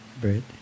bread